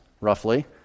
roughly